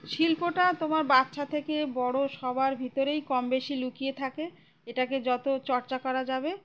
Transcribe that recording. শিল্পটা তোমার বাচ্চা থেকে বড় সবার ভিতরেই কম বেশি লুকিয়ে থাকে এটাকে যত চর্চা করা যাবে